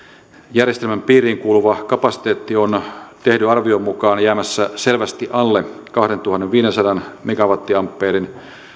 järjestelmän piiriin kuuluva kapasiteetti on tehdyn arvion mukaan jäämässä selvästi alle kahdentuhannenviidensadan megavolttiampeerin